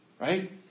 right